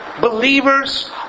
believers